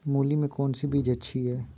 मूली में कौन सी बीज अच्छी है?